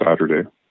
Saturday